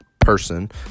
person